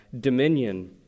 dominion